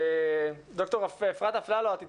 ד"ר אפרת אפללו, את איתנו?